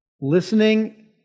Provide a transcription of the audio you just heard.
Listening